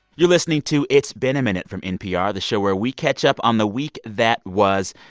you're listening to it's been a minute from npr, the show where we catch up on the week that was.